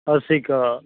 ਸਤਿ ਸ਼੍ਰੀ ਅਕਾਲ